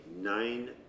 nine